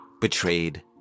betrayed